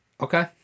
Okay